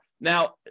Now